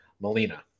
Melina